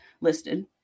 listed